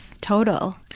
total